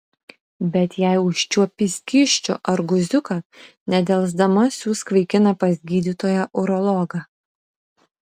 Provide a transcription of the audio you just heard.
bet jei užčiuopi skysčių ar guziuką nedelsdama siųsk vaikiną pas gydytoją urologą